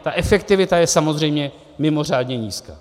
Ta efektivita je samozřejmě mimořádně nízká.